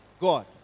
God